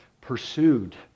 pursued